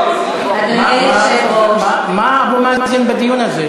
אדוני היושב-ראש, מה אבו מאזן בדיון הזה?